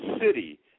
city